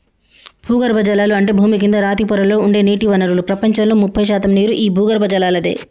భూగర్బజలాలు అంటే భూమి కింద రాతి పొరలలో ఉండే నీటి వనరులు ప్రపంచంలో ముప్పై శాతం నీరు ఈ భూగర్బజలలాదే